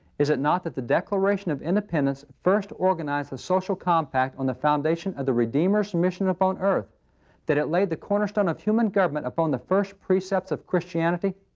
is it not that the declaration of independence first organized the social compact on the foundation of the redeemer's mission upon earth that it laid the cornerstone of human government upon the first precepts of christianity?